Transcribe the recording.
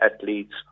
athletes